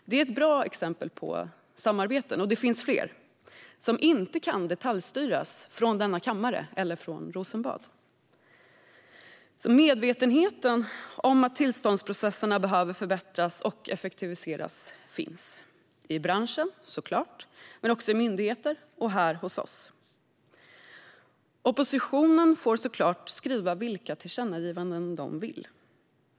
Det är ett bra exempel på samarbete - och det finns fler - som inte kan detaljstyras från denna kammare eller från Rosenbad. Medvetenheten om att tillståndsprocesserna behöver förbättras och effektiviseras finns såklart i branschen men också i myndigheter och här hos oss. Oppositionen får såklart skriva vilka tillkännagivanden de vill.